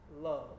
love